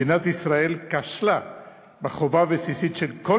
מדינת ישראל כשלה בחובה הבסיסית של כל